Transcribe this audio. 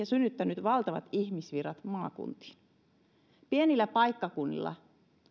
synnyttänyt valtavat ihmisvirrat maakuntiin pienillä paikkakunnilla